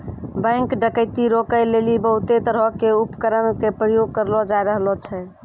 bank डकैती रोकै लेली बहुते तरहो के उपकरण के प्रयोग करलो जाय रहलो छै